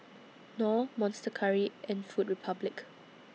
Knorr Monster Curry and Food Republic